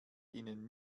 ihnen